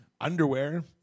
Underwear